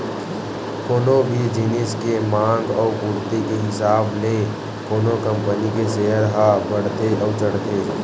कोनो भी जिनिस के मांग अउ पूरति के हिसाब ले कोनो कंपनी के सेयर ह बड़थे अउ चढ़थे